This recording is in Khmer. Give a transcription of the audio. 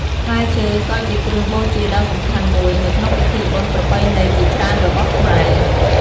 ផ្លែឈើក៏ជាគ្រឿងបូជាដ៏សំខាន់មួយនៅក្នុងពិធីបុណ្យប្រពៃណីជាច្រើនរបស់ខ្មែរ។